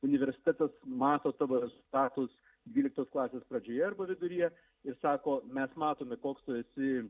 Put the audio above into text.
universitetas mato tavo rezultatus dvyliktos klasės pradžioje arba viduryje ir sako mes matome koks tu esi